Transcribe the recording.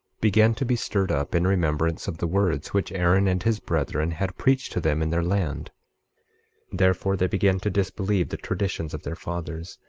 began to be stirred up in remembrance of the words which aaron and his brethren had preached to them in their land therefore they began to disbelieve the traditions of their fathers,